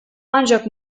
ancak